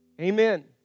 Amen